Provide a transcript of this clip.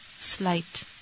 Slight